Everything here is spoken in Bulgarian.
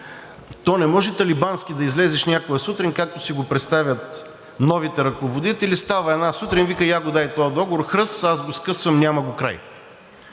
То не може талибански да излезеш някоя сутрин, както си го представят новите ръководители, става една сутрин и вика: я го дай тоя договор, хръс – аз го скъсвам, няма го, край.